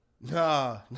Nah